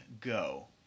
go